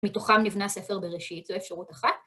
מתוכם נבנה ספר בראשית, זו אפשרות אחת.